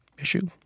issue